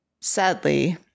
Sadly